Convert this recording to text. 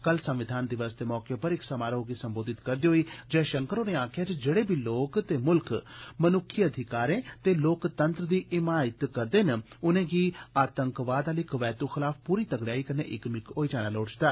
कल संविधान दिवस दे मौके पर इक समारोह गी सम्बोधित करदे होई जयशंकर होरें आक्खेया कि जेड़े बी लोक ते मुल्ख मन्क्खी अधिकारें ते लोकतंत्र ते हिमायती न उनेंगी आतंकवाद आली कबैतू खलाफ पूरी तगड़ेयाई कन्नै इक मिक्क होई जाना लोड़चदा